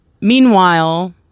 meanwhile